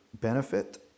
benefit